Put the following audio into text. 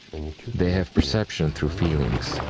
they have perception through feelings.